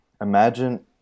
Imagine